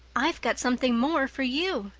i've got something more for you,